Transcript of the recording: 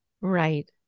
Right